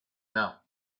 know